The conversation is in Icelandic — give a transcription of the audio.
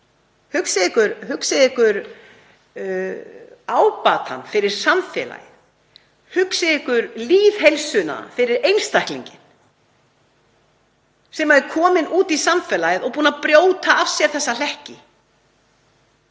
hugsið ykkur ábatann fyrir samfélagið. Hugsið ykkur lýðheilsuna fyrir einstaklinginn sem er kominn út í samfélagið og búinn að brjóta af sér hlekki.